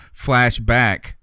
flashback